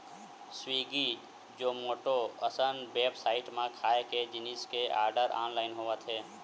Swiggy, Zomato असन website म खाए के जिनिस के आरडर ऑनलाइन होवत हे